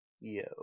Yo